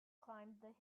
climbed